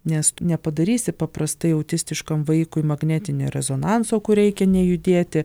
nes tu nepadarysi paprastai autistiškam vaikui magnetinio rezonanso kur reikia nejudėti